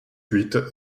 huit